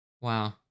Wow